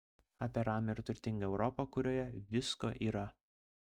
apie ramią ir turtingą europą kurioje visko yra